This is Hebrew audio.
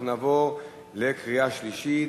אנחנו נעבור לקריאה שלישית.